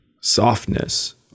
Softness